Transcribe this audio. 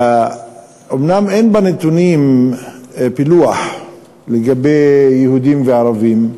אומנם אין בנתונים פילוח ליהודים וערבים,